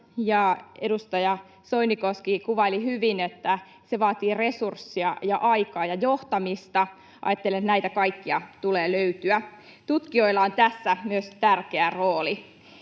Edustaja Soinikoski kuvaili hyvin, että se vaatii resurssia, aikaa ja johtamista. Ajattelen, että näitä kaikkia tulee löytyä. Myös tutkijoilla on tässä tärkeä rooli.